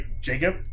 Jacob